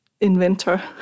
inventor